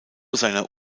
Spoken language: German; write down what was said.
seiner